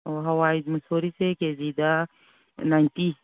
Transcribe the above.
ꯑꯣ ꯍꯋꯥꯏ ꯃꯨꯛꯁꯣꯔꯤꯁꯦ ꯀꯦꯖꯤꯗ ꯅꯥꯏꯟꯇꯤ